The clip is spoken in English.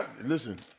listen